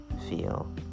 Feel